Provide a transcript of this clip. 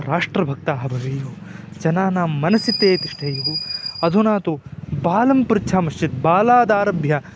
राष्ट्रभक्ताः भवेयुः जनानां मनसि ते तिष्ठेयुः अधुना तु बालं पृच्छामश्चेत् बाल्यादारभ्य